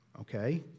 okay